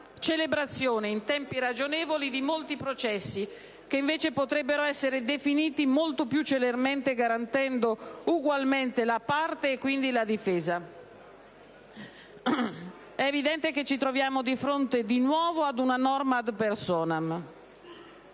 celebrazione in tempi ragionevoli di molti processi, che invece potrebbero essere definiti molto più celermente, garantendo ugualmente la parte e quindi la difesa. È evidente che ci troviamo di fronte, di nuovo, ad una norma *ad personam*.